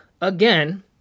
again